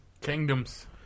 Kingdoms